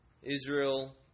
Israel